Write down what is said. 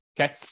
Okay